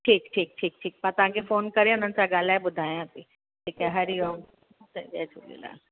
ठीकु ठीकु ठीकु ठीकु मां तव्हांखे फ़ोन करे उन्हनि सां ॻाल्हाए ॿुधायां थी ठीकु आहे हरिओम जय झूलेलाल